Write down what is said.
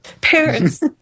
Parents